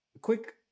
Quick